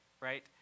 Right